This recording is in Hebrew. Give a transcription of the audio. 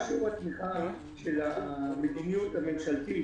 מה שיעור התמיכה של המדיניות הממשלתית